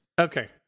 Okay